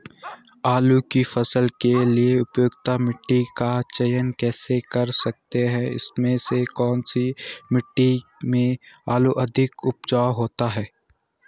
आलू की फसल के लिए उपयुक्त मिट्टी का चयन कैसे कर सकते हैं इसमें से कौन सी मिट्टी में आलू अधिक उपजाऊ होता है?